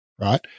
right